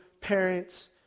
parents